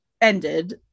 ended